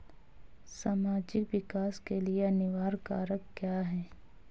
सामाजिक विकास के लिए अनिवार्य कारक क्या है?